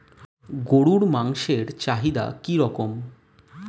গরুর মাংসের চাহিদা কি রকম?